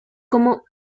como